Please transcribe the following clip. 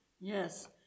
Yes